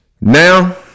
Now